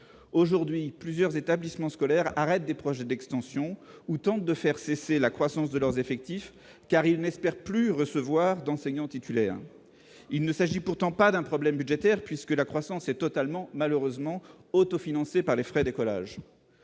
aujourd'hui plusieurs établissements scolaires arrête des projets d'extension ou tente de faire cesser la croissance de leurs effectifs, car il n'espère plus recevoir d'enseignants titulaires, il ne s'agit pourtant pas d'un problème budgétaire puisque la croissance est totalement malheureusement financé par les frais d'écolage